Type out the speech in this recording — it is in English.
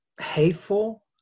hateful